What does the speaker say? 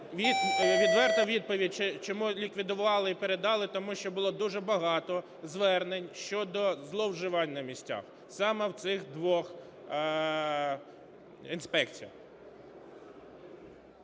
відверта відповідь, чому ліквідували і передали: тому що було дуже багато звернень щодо зловживань на місцях саме в цих двох інспекціях.